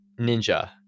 Ninja